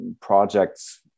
projects